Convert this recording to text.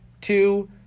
Two